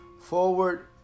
forward